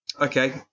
Okay